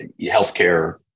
healthcare